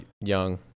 young